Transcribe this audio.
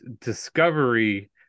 discovery